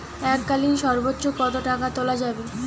এককালীন সর্বোচ্চ কত টাকা তোলা যাবে?